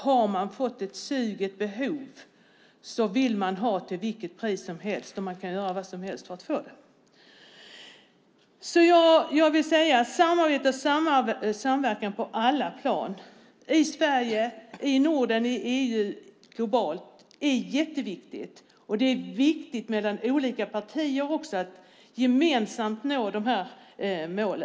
Har man fått ett sug och ett behov vill man ha narkotika till vilket pris som helst, och man kan göra vad som helst för att få den. Samarbete och samverkan på alla plan i Sverige, i Norden, i EU och globalt är viktigt. Det är också viktigt att olika partier gemensamt når dessa mål.